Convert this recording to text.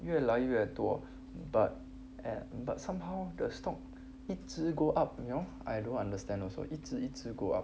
越来越多 but at but somehow the stock 一直 go up you know I don't understand also 一直一直 go up